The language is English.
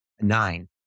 nine